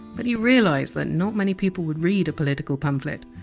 but he realised that not many people would read a political pamphlet.